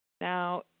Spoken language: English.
Now